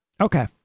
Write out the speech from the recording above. Okay